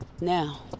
Now